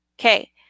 Okay